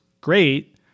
great